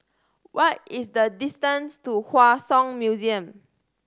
what is the distance to Hua Song Museum